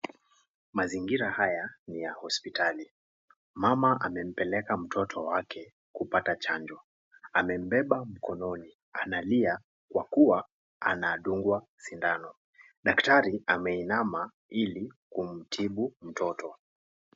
Mazingira haya ni ya hospitali. Mama amempeleka mtoto wake kupata chanjo. Amembeba mkononi analia kwa kuwa anadungwa sindano. Daktari ameinama ili kumtibu mtoto.